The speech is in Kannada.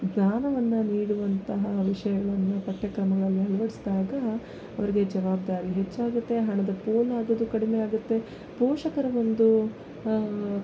ಜ್ಞಾನವನ್ನು ನೀಡುವಂತಹ ವಿಷಯಗಳನ್ನು ಪಠ್ಯಕ್ರಮಗಳಲ್ಲಿ ಅಳವಡ್ಸ್ದಾಗ ಅವ್ರಿಗೆ ಜವಾಬ್ದಾರಿ ಹೆಚ್ಚಾಗತ್ತೆ ಹಣದ ಪೋಲು ಆಗೋದು ಕಡಿಮೆ ಆಗತ್ತೆ ಪೋಷಕರ ಒಂದು